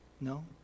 No